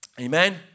Amen